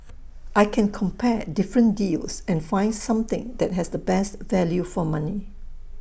I can compare different deals and find something that has the best value for money